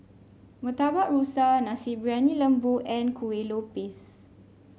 Murtabak Rusa Nasi Briyani Lembu and Kueh Lopes